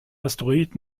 asteroid